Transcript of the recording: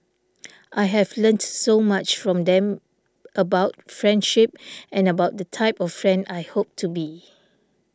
I have learnt so much from them about friendship and about the type of friend I hope to be